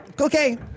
Okay